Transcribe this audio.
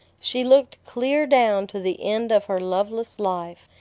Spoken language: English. she looked clear down to the end of her loveless life,